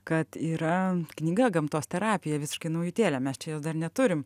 kad yra knyga gamtos terapija visiškai naujutėlė mes čia jos dar neturim